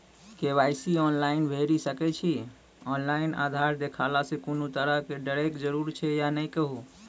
KYC online भैरि सकैत छी, ऑनलाइन आधार देलासॅ कुनू तरहक डरैक जरूरत छै या नै कहू?